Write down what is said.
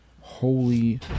Holy